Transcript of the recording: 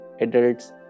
adults